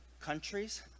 countries